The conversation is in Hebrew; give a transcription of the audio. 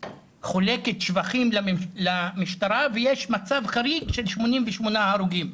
חולקת שבחים למשטרה ויש מצב חריג של 88 הרוגים.